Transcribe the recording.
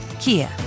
Kia